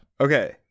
Okay